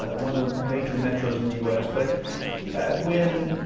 one of the major metros in the us. but when,